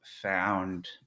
found